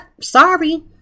sorry